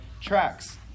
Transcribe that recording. tracks